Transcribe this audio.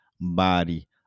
Body